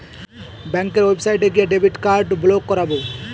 ব্যাঙ্কের ওয়েবসাইটে গিয়ে ডেবিট কার্ড ব্লক করাবো